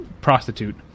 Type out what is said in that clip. prostitute